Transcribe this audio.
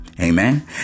Amen